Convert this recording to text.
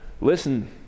listen